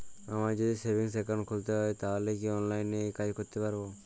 আমায় যদি savings account খুলতে হয় তাহলে কি অনলাইনে এই কাজ করতে পারবো?